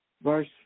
verse